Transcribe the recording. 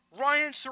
Ryan